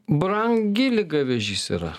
brangi liga vėžys yra